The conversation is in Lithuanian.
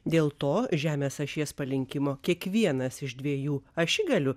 dėl to žemės ašies palinkimo kiekvienas iš dviejų ašigalių